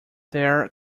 their